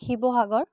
Sivasagar